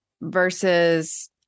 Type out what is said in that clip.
versus